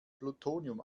plutonium